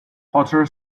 porter